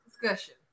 discussion